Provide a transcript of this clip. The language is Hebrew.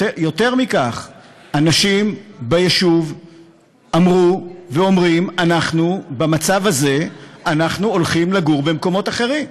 אנשים ביישוב אמרו ואומרים: במצב הזה אנחנו הולכים לגור במקומות אחרים.